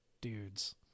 dudes